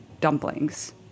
dumplings